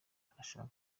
arashaka